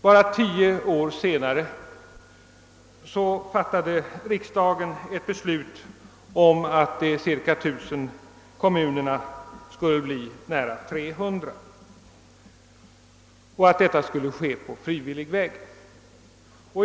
Endast tio år senare fattade riksdagen beslut om att de cirka 1000 kommunerna skulle minskas till ungefär 300 och att detta skulle ske på frivillighetens väg.